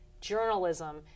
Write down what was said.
journalism